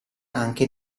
anche